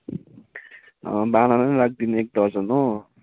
banana नि राखिदिनुहोस् एक दर्जन हो